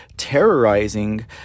Terrorizing